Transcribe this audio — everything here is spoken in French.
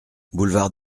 boulevard